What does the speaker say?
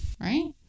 Right